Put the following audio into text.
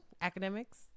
academics